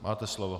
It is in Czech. Máte slovo.